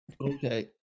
Okay